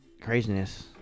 craziness